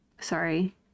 sorry